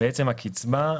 בעצם הקצבה,